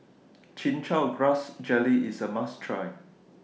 Chin Chow Grass Jelly IS A must Try